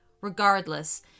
Regardless